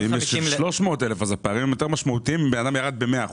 אם יש של 300,000 אז הפערים משמעותיים יותר אם אדם ירד ב-100%,